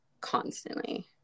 constantly